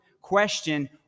question